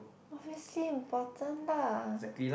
obviously important lah